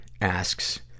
asks